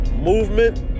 movement